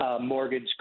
mortgage